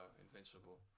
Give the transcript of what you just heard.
Invincible